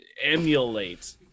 emulate